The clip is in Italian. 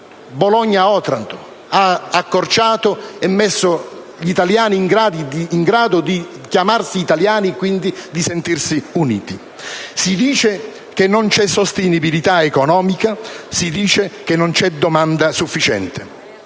Bologna-Otranto: ha accorciato le distanze e messo gli italiani in grado di chiamarsi tali e di sentirsi uniti. Si dice che non c'è sostenibilità economica. Si dice che non c'è domanda sufficiente.